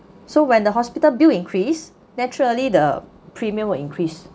so when the hospital bill increase naturally the premium will increase